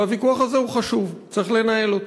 והוויכוח הזה הוא חשוב, וצריך לנהל אותו.